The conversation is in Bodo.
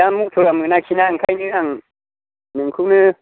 दा मथरा मोनाखिसैना ओंखायनो आं नोंखौनो